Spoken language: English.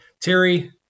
Terry